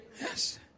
Yes